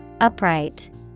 Upright